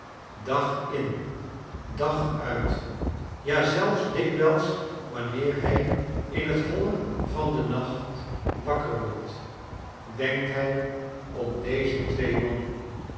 verborgen is dag in dag uit ja zelfs dikwijls wanneer hij in t holle van den nacht wakker wordt denkt hij om deze twee mannen